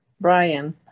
Brian